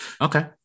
okay